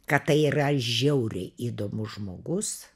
kad tai yra žiauriai įdomus žmogus